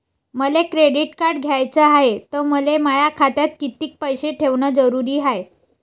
मले credit card घ्याचं हाय, त मले माया खात्यात कितीक पैसे ठेवणं जरुरीच हाय?